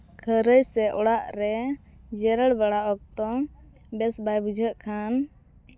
ᱠᱷᱟᱹᱨᱟᱹᱭ ᱥᱮ ᱚᱲᱟᱜ ᱨᱮ ᱡᱮᱨᱮᱲ ᱵᱟᱲᱟ ᱚᱠᱛᱚ ᱵᱮᱥ ᱵᱟᱭ ᱵᱩᱡᱷᱟᱹᱜ ᱠᱷᱟᱱ